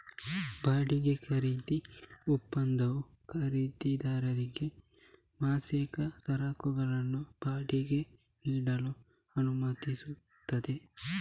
ಬಾಡಿಗೆ ಖರೀದಿ ಒಪ್ಪಂದವು ಖರೀದಿದಾರರಿಗೆ ಮಾಸಿಕ ಸರಕುಗಳನ್ನು ಬಾಡಿಗೆಗೆ ನೀಡಲು ಅನುಮತಿಸುತ್ತದೆ